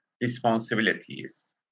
responsibilities